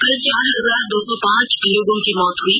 कल चार हजार दो सौ पांच लोगों की मौत हुई